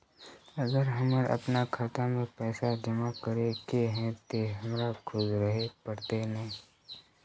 अगर हमर अपना खाता में पैसा जमा करे के है ते हमरा खुद रहे पड़ते ने?